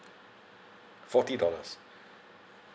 forty dollars